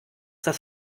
das